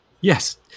Yes